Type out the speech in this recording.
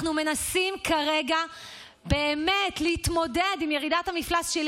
אנחנו מנסים כרגע באמת להתמודד עם ירידת המפלס של